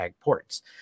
ports